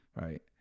Right